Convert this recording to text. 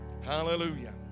Hallelujah